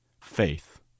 Faith